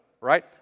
right